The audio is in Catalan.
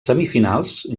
semifinals